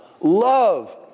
Love